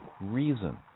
reason